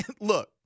Look